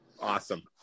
awesome